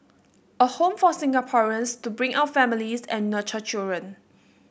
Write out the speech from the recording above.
a home for Singaporeans to bring up families and nurture children